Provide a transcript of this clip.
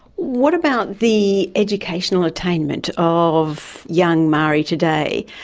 what about the educational attainment of young maori today?